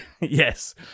Yes